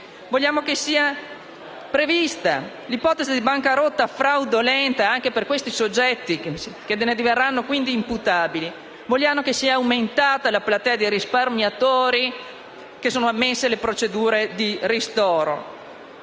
Vogliamo che sia prevista l'ipotesi di bancarotta fraudolenta anche per questi soggetti, che ne diverranno quindi imputabili. Vogliamo che sia aumentata la platea dei risparmiatori ammessi alle procedure di ristoro.